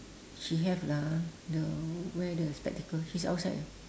she have lah the wear the spectacle she's outside ah